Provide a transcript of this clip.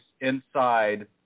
inside